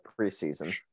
preseason